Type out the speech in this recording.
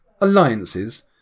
alliances